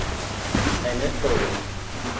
कितना इन्वेस्ट करोगे